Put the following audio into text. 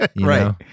Right